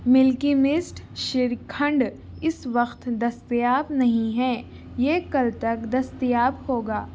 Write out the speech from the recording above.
ملکی Mist shrikhand اس وقت دستیاب نہیں ہیں یہ کل تک دستیاب ہوگا